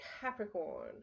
Capricorn